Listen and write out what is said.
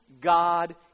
God